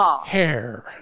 hair